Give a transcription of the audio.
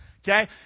Okay